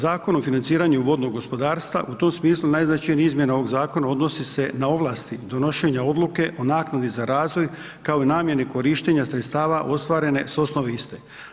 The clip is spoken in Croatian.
Zakon o financiranju vodnog gospodarstva u tom smislu najznačajnija izmjena ovog zakona odnosi se na ovlasti donošenja odluke o naknadi za razvoj kao i namjeni korištenja sredstava ostvarene s osnove iste.